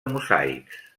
mosaics